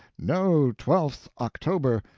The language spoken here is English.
no twelfth october,